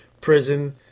prison